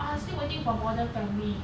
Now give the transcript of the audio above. I still waiting for modern family